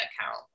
account